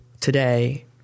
today